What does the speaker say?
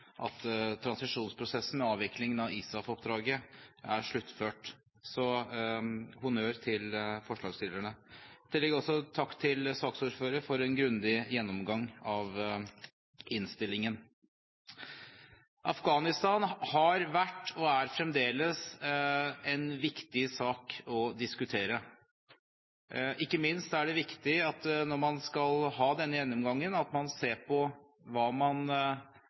til transisjonsprosessen, avviklingen av ISAF-oppdraget, er sluttført – så all honnør til forslagsstillerne. I tillegg vil jeg også takke saksordføreren for en grundig gjennomgang av innstillingen. Afghanistan har vært og er fremdeles en viktig sak å diskutere. Ikke minst er det viktig, når man har denne gjennomgangen, å se på hva man